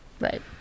Right